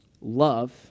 Love